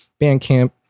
Bandcamp